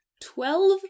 Twelve